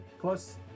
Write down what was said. Plus